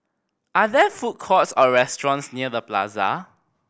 are there food courts or restaurants near The Plaza